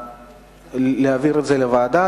להעביר את זה לוועדה,